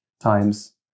times